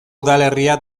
udalerria